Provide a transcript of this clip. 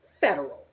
federal